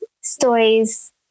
stories